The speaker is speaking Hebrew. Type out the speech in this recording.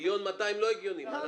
1.2 מיליון, לא הגיוני.